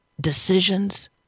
decisions